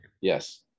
Yes